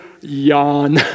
yawn